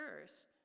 first